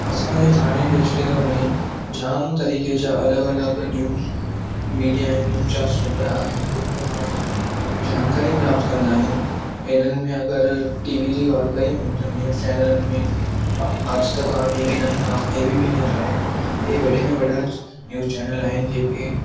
असांजे थाणे डिस्ट्रिक्ट में जाम तरीक़े जा अलॻि अलॻि न्यूज़ मीडिया ऐं न्यूज़ जा सूत्र आहिनि जेंहिं सां माण्हू जानकारी प्राप्तु कंदा आहिनि हिननि में अग॒रि टीवी जी ॻाल्हि कयूं त न्यूज़ चैनलनि में आज तक आहे टीवी नाइन आहे एबीपी न्यूज़ आहे इहे वॾे में वॾा न्यूज़ चैनल आहिनि जेके